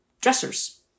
dressers